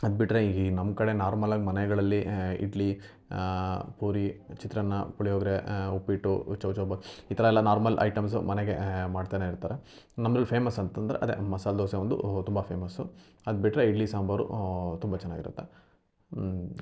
ಅದು ಬಿಟ್ಟರೆ ಇಲ್ಲಿ ನಮ್ಮ ಕಡೆ ನಾರ್ಮಲ್ಲಾಗಿ ಮನೆಗಳಲ್ಲಿ ಇಡ್ಲಿ ಪೂರಿ ಚಿತ್ರಾನ್ನ ಪುಳಿಯೋಗರೆ ಉಪ್ಪಿಟ್ಟು ಚೌಚೌ ಭಾತ್ ಈ ಥರ ಎಲ್ಲ ನಾರ್ಮಲ್ ಐಟಮ್ಸು ಮನೆಗೆ ಮಾಡ್ತನೇ ಇರ್ತಾರೆ ನಮ್ದ್ರಲ್ಲಿ ಫೇಮಸ್ ಅಂತಂದರೆ ಅದೇ ಮಸಾಲೆ ದೋಸೆ ಒಂದು ತುಂಬ ಫೇಮಸ್ಸು ಅದು ಬಿಟ್ಟರೆ ಇಡ್ಲಿ ಸಾಂಬಾರು ತುಂಬ ಚೆನ್ನಾಗಿರುತ್ತೆ